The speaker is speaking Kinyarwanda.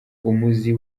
umuzi